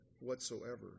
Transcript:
whatsoever